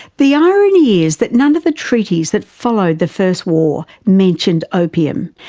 the irony is that none of the treaties that followed the first war mentioned opium.